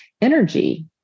energy